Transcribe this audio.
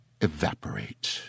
evaporate